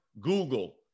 Google